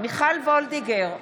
מיכל וולדיגר,